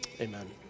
Amen